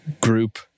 group